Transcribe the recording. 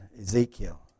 Ezekiel